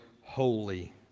holy